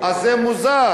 אז זה מוזר.